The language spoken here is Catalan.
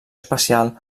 espacial